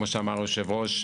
כמו שאמר היושב-ראש,